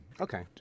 Okay